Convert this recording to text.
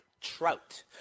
trout